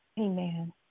Amen